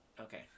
okay